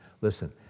Listen